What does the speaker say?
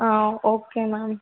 okay ma'am